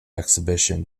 exhibition